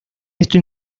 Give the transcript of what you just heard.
esto